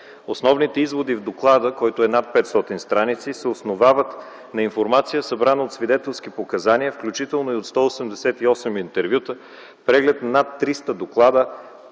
Основните изводи в доклада, който е над 500 страници се основават на информация, събрана от свидетелски показания, включително и от 188 интервюта, преглед на над 300 доклада,